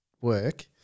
work